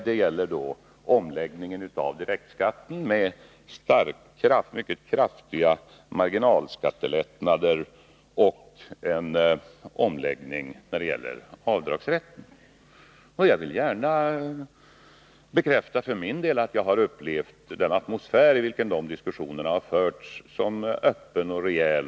Det gäller omläggningen av den direkta skatten med mycket kraftiga marginalskattelättnader och en ändring beträffande avdragsrätten. Jag vill gärna bekräfta att jag har upplevt den atmosfär i vilken dessa diskussioner har förts som öppen och rejäl.